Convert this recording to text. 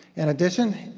in addition,